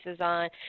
on